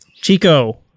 Chico